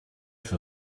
für